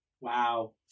Wow